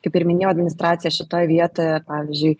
kaip ir minėjau administracija šitoj vietoje pavyzdžiui